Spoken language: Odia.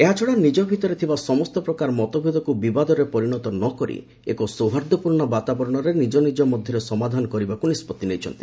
ଏହାଛଡ଼ା ନିଜ ଭିତରେ ଥିବା ସମସ୍ତ ପ୍ରକାର ମତଭେଦକୁ ବିବାଦରେ ପରିଣତ ନ କରି ଏକ ସୌହାର୍ଦ୍ଦ୍ୟପୂର୍ଣ୍ଣ ବାତାବରଣରେ ନିଜନିଜ ମଧ୍ୟରେ ସମାଧାନ କରିବାକୁ ନିଷ୍କଭି ନେଇଛନ୍ତି